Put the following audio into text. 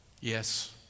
Yes